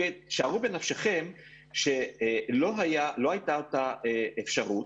שערו בנפשכם שלא הייתה אותה אפשרות,